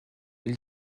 ils